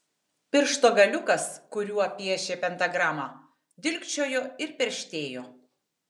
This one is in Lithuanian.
piršto galiukas kuriuo piešė pentagramą dilgčiojo ir perštėjo